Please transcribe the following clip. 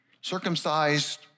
Circumcised